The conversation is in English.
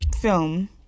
film